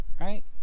right